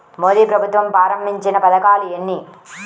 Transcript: మోదీ ప్రభుత్వం ప్రారంభించిన పథకాలు ఎన్ని?